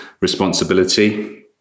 responsibility